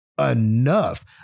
enough